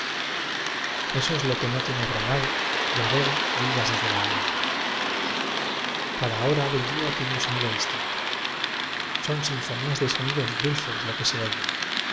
eso es lo que no tiene granada y la ve ga oídas desde la alhambra cada hora del día tiene un sonido distinto son sinfonías de sonidos dulces lo que se oyen